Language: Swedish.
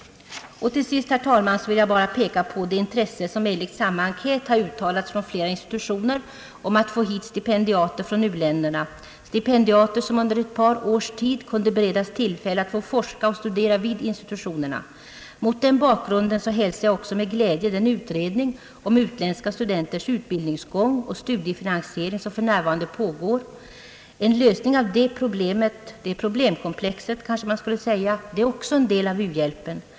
Till sist, herr talman, vill jag bara peka på det intresse som enligt samma enkät uttalats från flera institutioner om att få hit stipendiater från u-länderna — stipendiater som under ett par års tid kunde beredas tillfälle att forska och studera vid institutionerna. Mot denna bakgrund hälsar jag också med glädje den utredning om utländska studenters utbildningsgång och studiefinansiering som för närvarande pågår. En lösning av detta problemkomplex kan man också beteckna som en del av u-hjälpen.